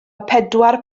pedwar